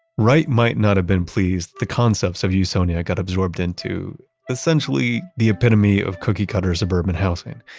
wright might not have been pleased the concepts of usonia got absorbed into essentially the epitome of cookie-cutter suburban housing,